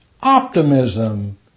optimism